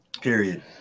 Period